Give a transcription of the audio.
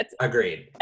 Agreed